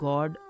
God